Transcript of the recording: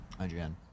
IGN